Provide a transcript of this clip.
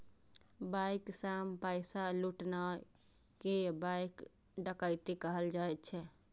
bank सं पैसा लुटनाय कें बैंक डकैती कहल जाइ छै